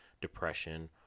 depression